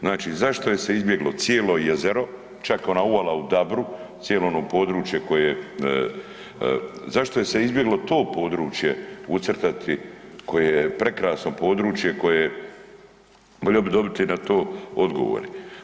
Znači, zašto je se izbjeglo cijelo jezero, čak ona uvala u Dabru, cijelo ono područje koje je, zašto se je izbjeglo to područje ucrtati koje je prekrasno područje, koje je, volio bi dobiti na to odgovor.